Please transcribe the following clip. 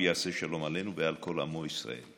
הוא יעשה שלום עלינו ועל כל עמו ישראל".